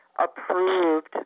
approved